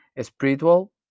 spiritual